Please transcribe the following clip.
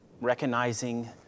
recognizing